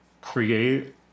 create